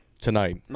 Tonight